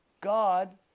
God